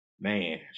Man